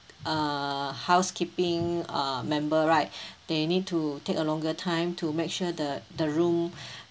err housekeeping uh member right they need to take a longer time to make sure the the room